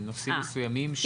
דיברנו על נושאים מסוימים.